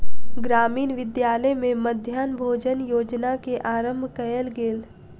ग्रामीण विद्यालय में मध्याह्न भोजन योजना के आरम्भ कयल गेल